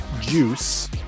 Juice